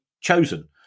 chosen